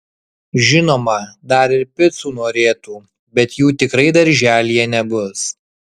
žinoma dar ir picų norėtų bet jų tikrai darželyje nebus